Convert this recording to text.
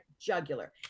jugular